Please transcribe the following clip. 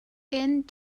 and